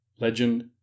Legend